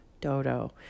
Dodo